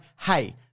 hey